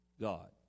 God